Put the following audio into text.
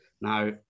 Now